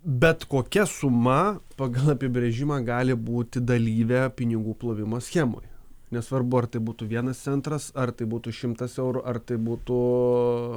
bet kokia suma pagal apibrėžimą gali būti dalyve pinigų plovimo schemoje nesvarbu ar tai būtų vienas centras ar tai būtų šimtas eurų ar tai būtų